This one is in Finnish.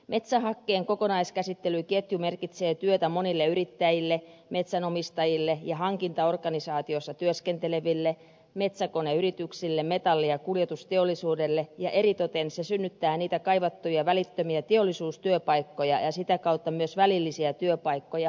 metsähakkeen kokonaiskäsittelyketju merkitsee työtä monille yrittäjille metsänomistajille ja hankintaorganisaatiossa työskenteleville metsäkoneyrityksille metalli ja kuljetusteollisuudelle ja eritoten se synnyttää niitä kaivattuja välittömiä teollisuustyöpaikkoja ja sitä kautta myös välillisiä työpaikkoja moninkertaisesti